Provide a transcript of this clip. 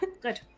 good